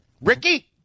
Ricky